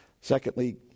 Secondly